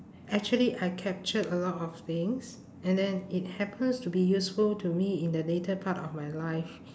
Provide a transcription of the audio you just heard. actually I captured a lot of things and then it happens to be useful to me in the later part of my life